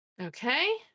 okay